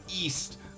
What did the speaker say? east